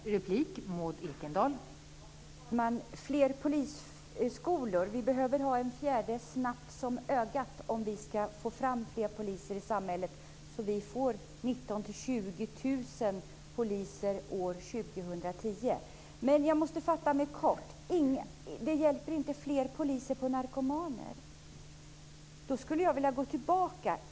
Fru talman! Fler polishögskolor - vi behöver ha en fjärde snabbt som ögat om vi ska få fram fler poliser i samhället, så att vi får 19 000-20 000 poliser år Jag måste fatta mig kort. Det hjälper inte med fler poliser när det gäller narkomaner, säger Yvonne Oscarsson. Då skulle jag vilja gå tillbaka lite.